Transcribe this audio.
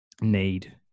need